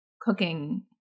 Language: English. cooking